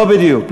לא בדיוק.